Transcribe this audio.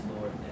Lord